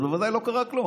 אז בוודאי לא קרה כלום,